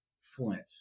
Flint